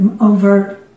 over